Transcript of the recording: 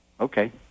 okay